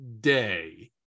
day